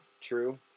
true